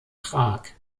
prag